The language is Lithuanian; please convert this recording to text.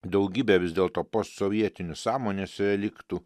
daugybė vis dėlto post sovietinių sąmonės reliktų